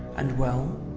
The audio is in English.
and well,